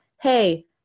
Hey